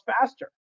faster